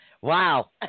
Wow